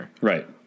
Right